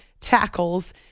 tackles